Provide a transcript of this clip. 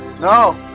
No